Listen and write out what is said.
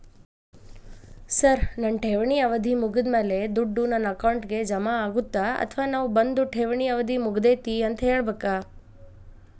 Sir ನನ್ನ ಠೇವಣಿ ಅವಧಿ ಮುಗಿದಮೇಲೆ, ದುಡ್ಡು ನನ್ನ ಅಕೌಂಟ್ಗೆ ಜಮಾ ಆಗುತ್ತ ಅಥವಾ ನಾವ್ ಬಂದು ಠೇವಣಿ ಅವಧಿ ಮುಗದೈತಿ ಅಂತ ಹೇಳಬೇಕ?